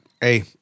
Hey